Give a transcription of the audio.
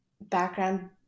background